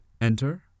Enter